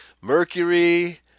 mercury